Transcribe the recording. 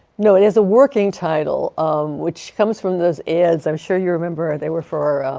no. it has a working title, um which comes from those ads, i'm sure you remember, they were for